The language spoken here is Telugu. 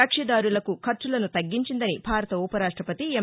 కక్షిదారులకు ఖర్చులను తగ్గించిందని భారత ఉపరాష్టపతి ఎం